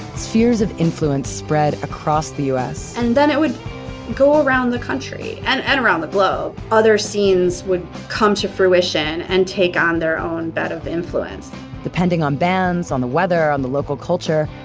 spheres of influence spread across the us and then it would go around the country, and go and around the globe. other scenes would come to fruition and take on their own bed of influence depending on bands, on the weather, on the local culture,